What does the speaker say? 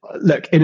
Look